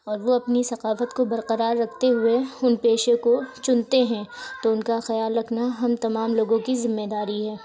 اور وہ اپنی ثقافت کو برقرار رکھتے ہوئے ان پیشے کو چنتے ہیں تو ان کا خیال رکھنا ہم تمام لوگوں کی ذمہ داری ہے